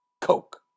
Coke